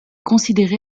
considéré